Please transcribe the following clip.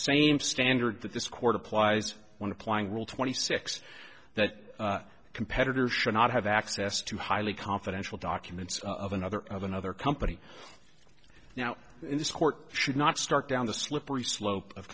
same standard that this court applies when applying rule twenty six that competitors should not have access to highly confidential documents of another of another company now this court should not start down the slippery slope of